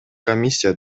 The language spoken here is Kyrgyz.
комиссия